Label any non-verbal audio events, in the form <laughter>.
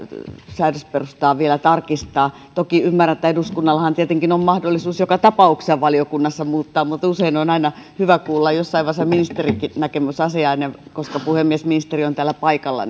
säädösperustaa vielä tarkistaa toki ymmärrän että eduskunnalla tietenkin on mahdollisuus joka tapauksessa valiokunnassa tätä muuttaa mutta on aina hyvä kuulla jossain vaiheessa ministerinkin näkemys asiaan puhemies koska ministeri on täällä paikalla <unintelligible>